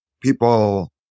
people